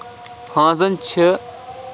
ہٲنزَن چھِ